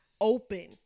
open